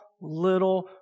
little